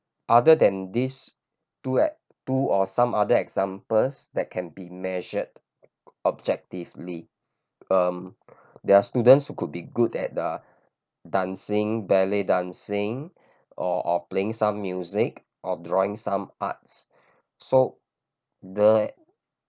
other than these two at two or some other examples that can be measured objectively um there are students who could be good at ah dancing ballet dancing or playing some music or drawing some arts so the